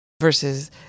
Versus